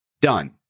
Done